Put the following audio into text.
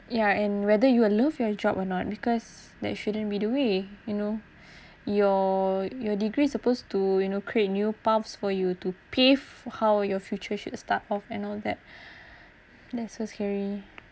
ya and whether you'll love your job or not because that shouldn't be the way you know your your degree supposed to you know create new pumps for you to pay for how your future should start off and all that necessary